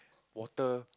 water